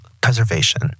preservation